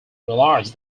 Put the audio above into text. realized